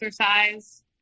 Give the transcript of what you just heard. Exercise